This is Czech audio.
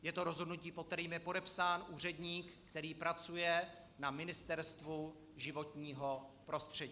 Je to rozhodnutí, pod kterým je podepsán úředník, který pracuje na Ministerstvu životního prostředí.